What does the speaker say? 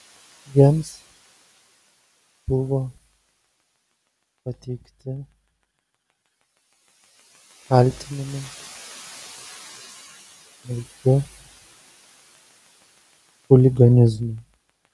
jiems buvo pateikti kaltinimai smulkiu chuliganizmu